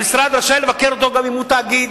המשרד רשאי לבקר גם אם זה תאגיד,